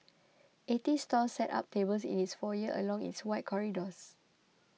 eighty stalls set up tables in its foyer along its wide corridors